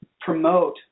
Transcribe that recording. promote